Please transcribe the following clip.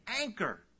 anchor